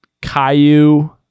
caillou